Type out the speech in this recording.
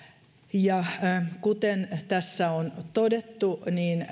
ja kuten tässä on todettu